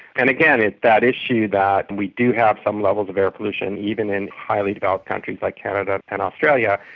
and again, it's that issue that we do have some levels of air pollution, even in highly developed countries like canada and australia,